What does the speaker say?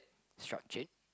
structure